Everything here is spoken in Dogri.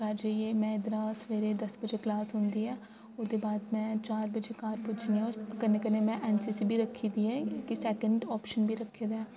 घर जाइयै में इद्धरा सबैह्रे दस बजे क्लॉस होंदी ऐ ओह्दे बाद में चार बजे घर पूज्जनी आं होर कन्नै कन्नै में एन सी सी बी रखी दी ऐ इक सेकेंड ऑप्शन बी रखे दा ऐ